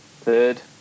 third